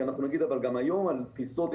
כי אנחנו נגיד שגם היום על טיסות,